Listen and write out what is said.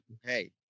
Hey